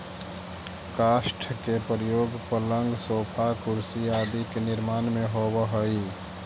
काष्ठ के प्रयोग पलंग, सोफा, कुर्सी आदि के निर्माण में होवऽ हई